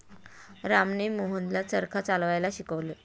रामने मोहनला चरखा चालवायला शिकवले